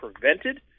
prevented